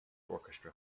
orchestra